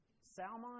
Salmon